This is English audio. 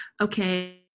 okay